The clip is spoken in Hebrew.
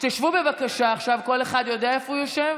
תשבו, בבקשה, עכשיו כל אחד יודע איפה הוא יושב?